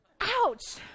Ouch